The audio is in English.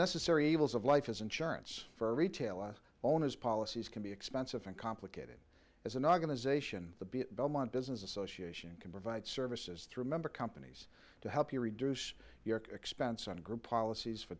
necessary evils of life as insurance for retail owners policies can be expensive and complicated as an organization the belmont business association can provide services through member companies to help you reduce your expense on group policies for